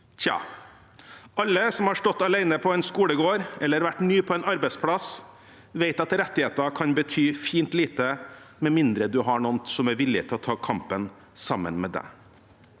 Tja, alle som har stått alene i en skolegård eller vært ny på en arbeidsplass, vet at rettigheter kan bety fint lite med mindre en har noen som er villige til å ta kampen sammen med en.